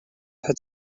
had